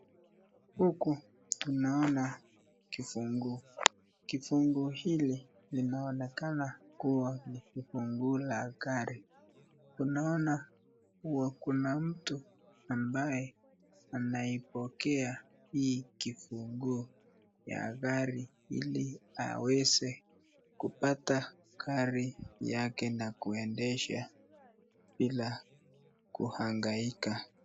Huku naona kifunguo. Kifunguo hili linaonekana kuwa ni funguo la gari. Tunaona kuwa kuna mtu ambaye anaipokea hii kifunguo ya gari ili aweze kupata gari yake na kuendesha bila kuhangaika.